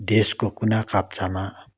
देशको कुना काप्चामा